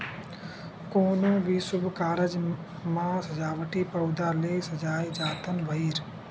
कोनो भी सुभ कारज म सजावटी पउधा ले सजाए जाथन भइर